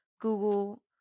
google